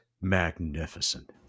magnificent